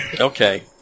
Okay